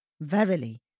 Verily